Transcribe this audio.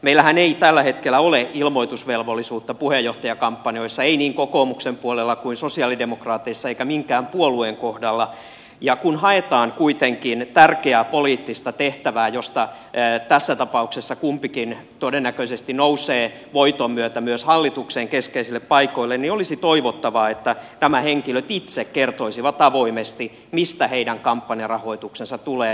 meillähän ei tällä hetkellä ole ilmoitusvelvollisuutta puheenjohtajakampanjoissa ei niin kokoomuksen puolella kuin sosialidemokraateissa eikä minkään puolueen kohdalla mutta kun haetaan kuitenkin tärkeää poliittista tehtävää joista tässä tapauksessa kumpikin todennäköisesti nousee voiton myötä myös hallitukseen keskeisille paikoille niin olisi toivottavaa että nämä henkilöt itse kertoisivat avoimesti mistä heidän kampanjarahoituksensa tulee